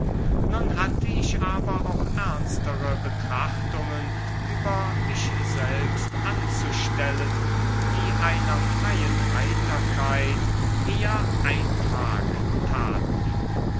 nun hatte ich aber auch ernstere betrachtungen über mich selbst anzustellen die einer freien heiterkeit eher eintrag taten